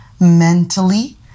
mentally